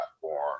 platform